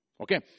Okay